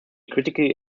critically